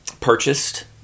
purchased